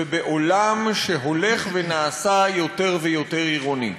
ובעולם שהולך ונעשה יותר ויותר עירוני.